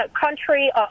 country